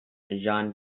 jean